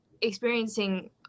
experiencing